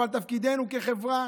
אבל תפקידנו כחברה